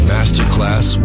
Masterclass